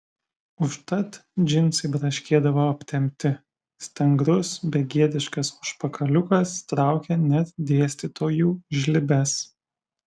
užtat džinsai braškėdavo aptempti stangrus begėdiškas užpakaliukas traukė net dėstytojų žlibes